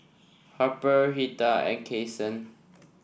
Harper Lita and Kason